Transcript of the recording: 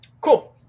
Cool